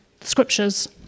scriptures